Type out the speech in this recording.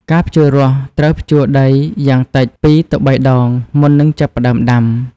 ការភ្ជួររាស់ ត្រូវភ្ជួរដីយ៉ាងតិច ២ ទៅ ៣ ដង មុននឹងចាប់ផ្តើមដាំ។